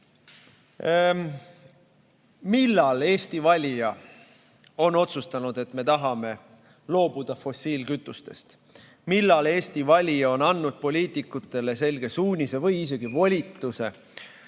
Millal Eesti valija on otsustanud, et me tahame loobuda fossiilkütustest? Millal Eesti valija on andnud poliitikutele selge suunise või isegi volituse